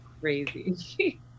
crazy